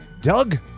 doug